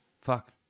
fuck